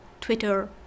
Twitter